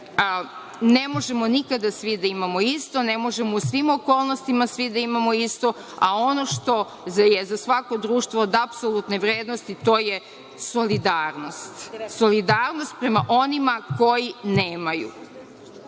Ne možemo nikada svi da imamo isto, ne možemo u svim okolnostima svi da imamo isto, a ono što je za svako društvo od apsolutne vrednosti, to je solidarnost. Solidarnost prema onima koji nemaju. Kada